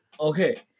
Okay